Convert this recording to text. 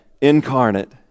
incarnate